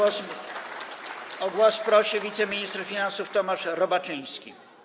O głos prosi wiceminister finansów Tomasz Robaczyński.